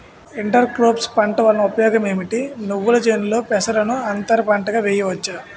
Inter crops పంట వలన ఉపయోగం ఏమిటి? నువ్వుల చేనులో పెసరను అంతర పంటగా వేయవచ్చా?